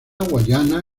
guyana